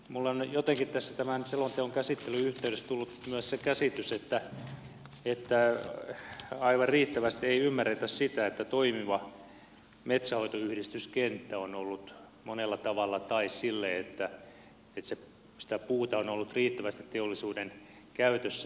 minulla on jotenkin tässä tämän selonteon käsittelyn yhteydessä tullut myös se käsitys että aivan riittävästi ei ymmärretä sitä että toimiva metsänhoitoyhdistyskenttä on ollut monella tavalla tae sille että sitä puuta on ollut riittävästi teollisuuden käytössä